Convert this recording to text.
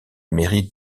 mairie